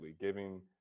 giving